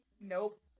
Nope